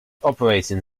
operating